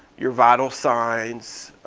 your vital signs,